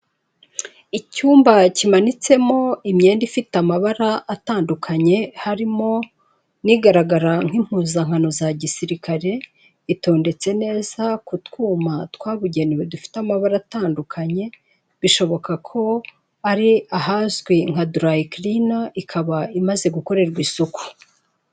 Icyumba kimanitsemo imyenda ifite amabara atandukanye harimo n'igaragara nk'impuzankano za gisirikare, itondetse neza ku twuma twabugenewe dufite amabara atandukanye. Bishoboka ko ari ahazwi nka durayi kirina ikaba imaze gukorerwa isuku.